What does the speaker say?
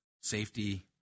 safety